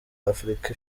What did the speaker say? afurika